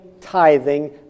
tithing